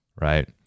right